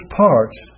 parts